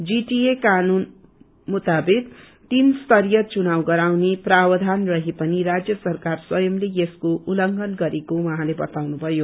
GTA कानून मुताविक तीन स्तरीय चुनाव गराउने प्रावधान रहे पनि राज्य सरकार स्वंयले यसको उल्लंघन गरेको उहाँले बताउनु भयो